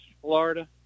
florida